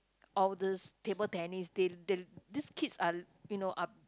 all these table tennis they they these kids are you know are